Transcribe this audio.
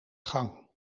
gang